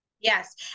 Yes